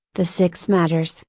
the six matters,